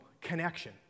connection